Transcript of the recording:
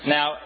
Now